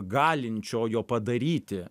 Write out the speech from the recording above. galinčiojo padaryti